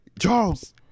Charles